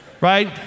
right